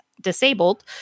disabled